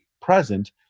present